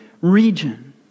region